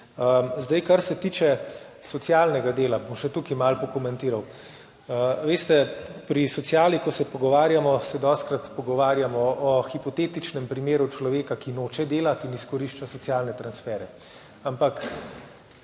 Kar se tiče socialnega dela, bom še tukaj malo pokomentiral. Veste, pri sociali, ko se pogovarjamo, se dostikrat pogovarjamo o hipotetičnem primeru človeka, ki noče delati in izkorišča socialne transfere. Ampak